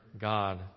God